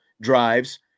drives